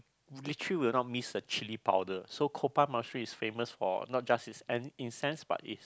literally will not miss the chilli powder so monastery is famous for not just it's in the sense but it's